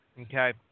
Okay